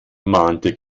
mahnte